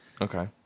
okay